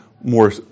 more